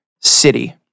city